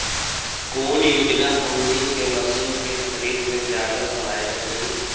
कौन योजना हमनी के मशीन के खरीद में ज्यादा सहायता करी?